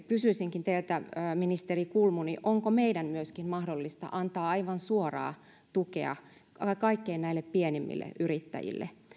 kysyisinkin teiltä ministeri kulmuni onko meidän myöskin mahdollista antaa aivan suoraa tukea näille kaikkein pienimmille yrittäjille